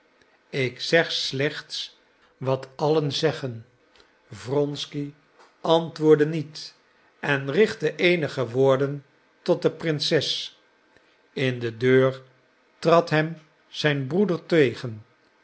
ik zeg slechts wat allen zeggen wronsky antwoordde niet en richtte eenige woorden tot de prinses in de deur trad hem zijn broeder tegen